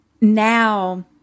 now